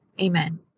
Amen